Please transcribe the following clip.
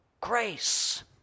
Grace